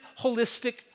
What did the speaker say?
holistic